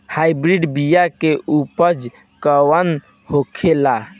Hybrid बीया के उपज कैसन होखे ला?